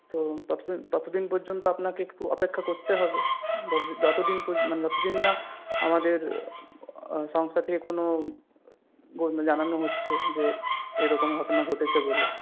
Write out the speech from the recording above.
তো ততদিন ততদিন পর্যন্ত আপনাকে একটু অপেক্ষা করতে হবে যতদিন মানে যতদিন না আমাদের সংস্থা থেকে কোনো জানানো হচ্ছে যে এরকম ঘটনা ঘটেছে বলে